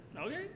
okay